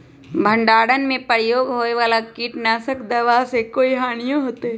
भंडारण में प्रयोग होए वाला किट नाशक दवा से कोई हानियों होतै?